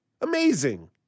Amazing